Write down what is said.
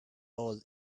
all